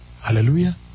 Hallelujah